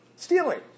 Stealing